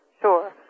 sure